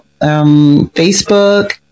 Facebook